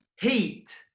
Heat